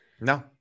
No